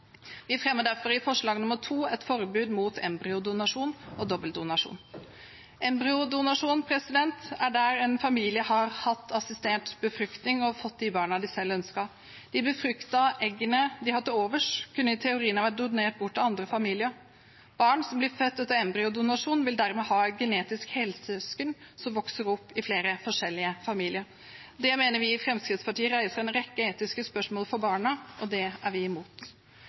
Vi fremmer derfor i komiteens innstilling til I forslag om et forbud mot embryodonasjon og dobbeldonasjon. Embryodonasjon er der en familie har hatt assistert befruktning og fått de barna de selv ønsket. De befruktede eggene som var til overs, kunne i teorien ha vært donert til andre familier. Barn som blir født etter embryodonasjon, vil dermed ha genetiske helsøsken som vokser opp i flere forskjellige familier. Det mener vi i Fremskrittspartiet reiser en rekke etiske spørsmål for barna, og det er vi imot.